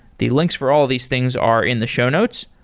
the links for all these things are in the show notes,